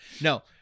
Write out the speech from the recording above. No